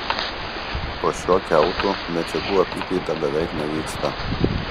po šiuo kiautu medžiagų apykaita beveik nevyksta